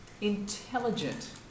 intelligent